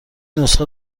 نسخه